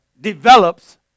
Develops